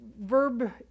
verb